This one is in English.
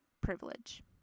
privilege